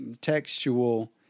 textual